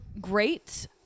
great